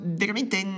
veramente